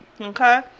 Okay